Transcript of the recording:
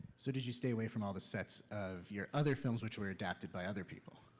so did you stay away from all the sets of your other films which were adapted by other people?